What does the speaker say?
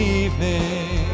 evening